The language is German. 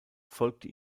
folgte